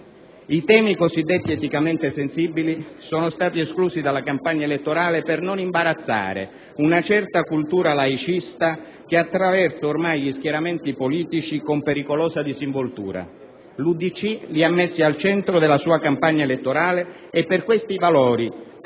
I temi cosiddetti eticamente sensibili sono stati esclusi dalla campagna elettorale, per non imbarazzare una certa cultura laicista che attraversa ormai gli schieramenti politici con pericolosa disinvoltura. L'UDC li ha messi al centro della sua campagna elettorale e per questi valori